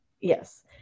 yes